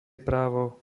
právo